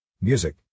Music